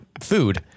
food